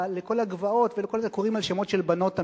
לכל הגבעות קוראים על שמות של בנות תמיד.